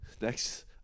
Next